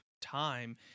time